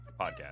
podcast